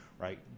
right